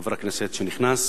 חבר הכנסת שנכנס,